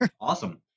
Awesome